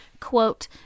Quote